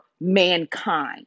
mankind